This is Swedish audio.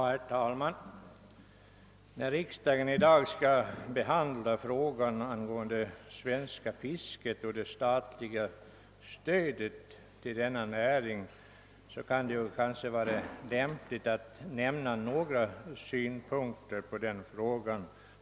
Herr talman! När riksdagen i dag behandlar statens stöd till det svenska fisket kan det vara lämpligt att jag här anlägger några synpunkter på den frågan.